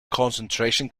concentration